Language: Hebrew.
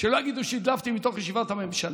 שלא יגידו שהדלפתי מתוך ישיבת הממשלה.